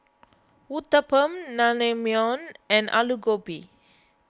Uthapam Naengmyeon and Alu Gobi